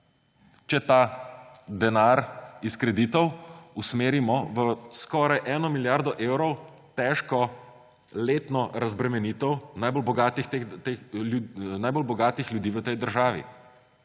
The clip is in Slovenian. če ta denar iz kreditov usmerimo v skoraj 1 milijardo evrov težko letno razbremenitev najbolj bogatih ljudi v tej državi?